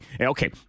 Okay